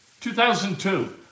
2002